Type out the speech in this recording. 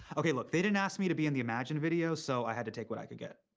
okay, look. they didn't ask me to be in the imagine video, so i had to take what i could get.